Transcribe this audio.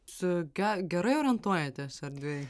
su ge gerai orientuojatės erdvėj